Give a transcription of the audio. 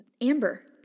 Amber